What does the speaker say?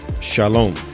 Shalom